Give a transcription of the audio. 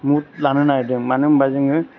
move लानो नागिरदों मानो होनबा जोङो